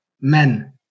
men